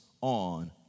on